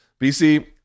BC